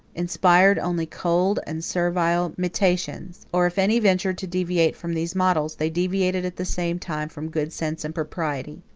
inspired only cold and servile imitations or if any ventured to deviate from those models, they deviated at the same time from good sense and propriety.